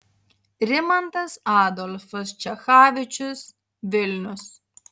rimantas adolfas čechavičius vilnius